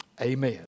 amen